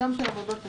גם של העבודות תשתית.